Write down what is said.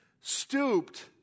stooped